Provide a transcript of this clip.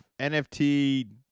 NFT